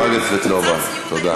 חברת הכנסת סבטלובה, תודה.